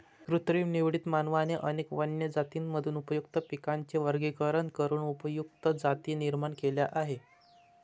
कृत्रिम निवडीत, मानवाने अनेक वन्य जातींमधून उपयुक्त पिकांचे वर्गीकरण करून उपयुक्त जाती निर्माण केल्या आहेत